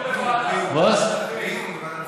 ועדת כספים.